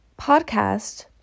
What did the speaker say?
podcast